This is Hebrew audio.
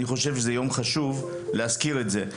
אני חושב שזהו יום שחשוב להזכיר אותו.